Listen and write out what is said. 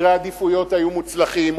סדרי העדיפויות היו מוצלחים,